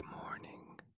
morning